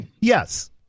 Yes